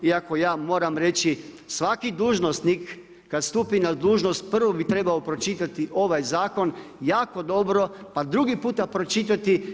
Iako ja moram reći svaki dužnosnik kad stupi na dužnost prvo bi trebao pročitati ovaj zakon jako dobro, pa drugi puta pročitati.